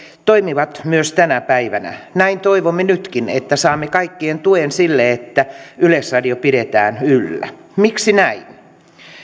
toimivat myös tänä päivänä näin toivomme nytkin että saamme kaikkien tuen sille että yleisradio pidetään yllä miksi näin